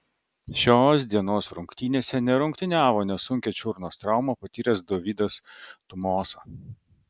šios dienos rungtynėse nerungtyniavo nesunkią čiurnos traumą patyręs dovydas tumosa